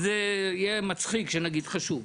אז זה יהיה מצחיק שנגיד חשוב.